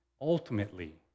ultimately